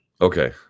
Okay